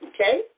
Okay